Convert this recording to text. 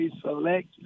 select